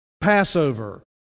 Passover